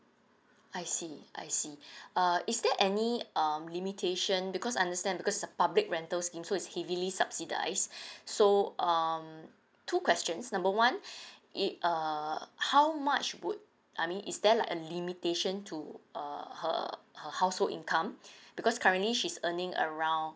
I see I see uh is there any um limitation because I understand because it's a public rentals scheme so it's heavily subsidised so um two questions number one it err how much would I mean is there like a limitation to err her her household income because currently she's earning around